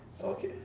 okay